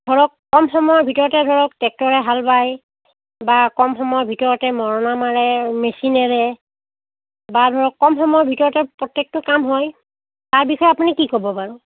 ধৰক কম সময়ৰ ভিতৰতে ধৰক টেক্টৰে হাল বায় বা কম সময়ৰ ভিতৰতে মৰণা মাৰে মেচিনেৰে বা ধৰক কম সময়ৰ ভিতৰতে প্ৰত্যেকটো কাম হয় তাৰ বিষয়ে আপুনি কি ক'ব বাৰু